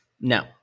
no